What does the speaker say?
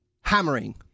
hammering